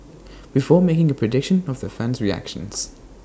before making A prediction of their fan's reactions